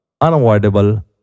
unavoidable